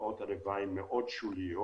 תופעות הלוואי שוליות מאוד.